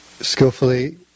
skillfully